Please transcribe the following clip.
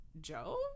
joe